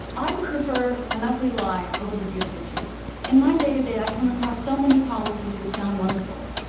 i would prefer an ugly lie over the beautiful truth, and in my day to day, i come across so many policies that sound wonderful,